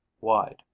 wide